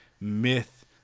myth